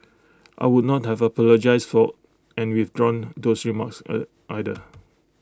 I would not have apologised for and withdrawn those remarks either